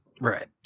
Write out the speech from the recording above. Right